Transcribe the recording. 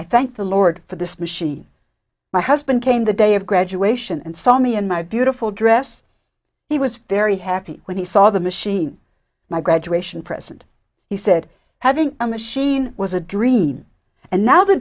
i thank the lord for this machine my husband came the day of graduation and saw me and my beautiful dress he was very happy when he saw the machine my graduation present he said having a machine was a dream and now the